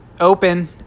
open